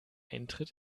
eintritt